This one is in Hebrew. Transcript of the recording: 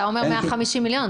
אתה אומר 150 מיליון.